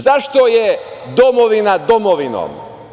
Zašto je domovina domovinom?